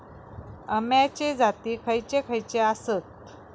अम्याचे जाती खयचे खयचे आसत?